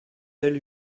elle